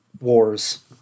wars